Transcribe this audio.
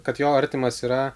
kad jo artimas yra